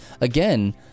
again